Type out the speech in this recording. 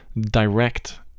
direct